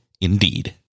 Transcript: Indeed